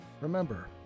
Remember